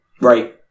Right